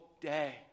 day